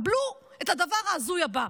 קבלו את הדבר ההזוי הבא: